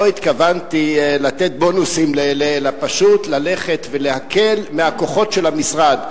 לא התכוונתי לתת בונוסים אלא פשוט ללכת ולהקל מהכוחות של המשרד.